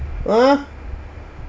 !huh!